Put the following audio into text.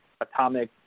atomic